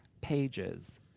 pages